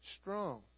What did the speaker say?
strong